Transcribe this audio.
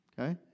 okay